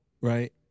right